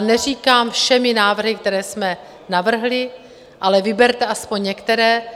Neříkám všemi návrhy, které jsme navrhli, ale vyberte aspoň některé.